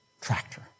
tractor